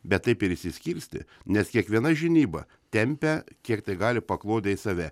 bet taip ir išsiskirstė nes kiekviena žinyba tempia kiek tai gali paklodę į save